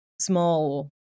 small